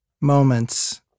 moments—